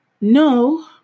No